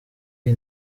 iyi